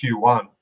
Q1